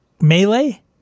melee